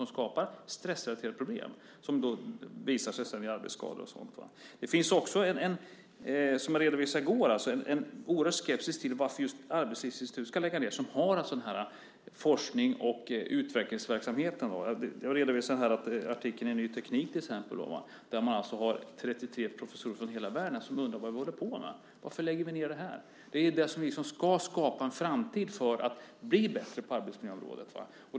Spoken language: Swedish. Det skapar stressrelaterade problem som visar sig i arbetsskador och sådant. Det finns också, som jag redovisade i går, en oerhörd skepsis till varför just Arbetslivsinstitutet ska läggas ned som har den forsknings och utvecklingsverksamheten. Jag redovisade artikeln i Ny Teknik där 33 professorer från hela världen undrar vad vi håller på med. Varför lägger vi ned det här? Det är det som ska skapa en framtid för att det ska bli bättre på arbetsmiljöområdet.